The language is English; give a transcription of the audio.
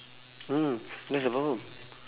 mm that's the problem